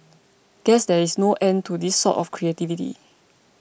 guess there is no end to this sort of creativity